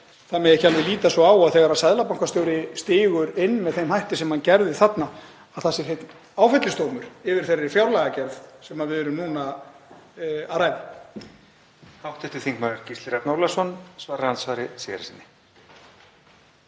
ekki alveg líta svo á að þegar seðlabankastjóri stígur inn með þeim hætti sem hann gerði þarna sé það hreinn áfellisdómur yfir þeirri fjárlagagerð sem við erum núna að ræða.